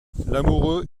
lamoureux